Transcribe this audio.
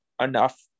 enough